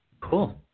Cool